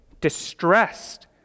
distressed